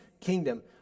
kingdom